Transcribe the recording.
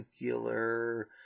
nuclear